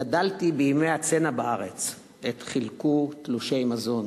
גדלתי בימי הצנע בארץ, עת חילקו תלושי מזון.